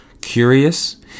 curious